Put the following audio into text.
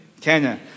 Kenya